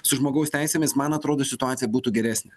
su žmogaus teisėmis man atrodo situacija būtų geresnė